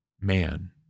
man